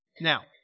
Now